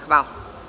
Hvala.